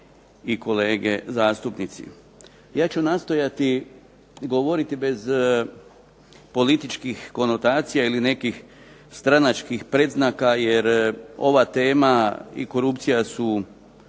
Ja ću nastojati govoriti bez političkih konotacija ili nekih stranačkih predznaka, jer ova tema i korupcija su